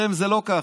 אצלכם זה לא ככה.